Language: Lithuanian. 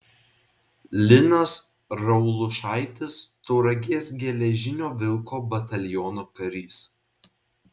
linas raulušaitis tauragės geležinio vilko bataliono karys